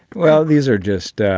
well, these are just